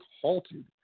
halted